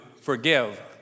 forgive